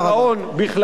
תודה רבה, אדוני.